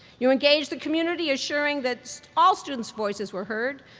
you engaged the community, assuring that all students' voices were heard.